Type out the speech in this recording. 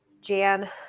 Jan